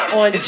on